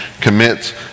commits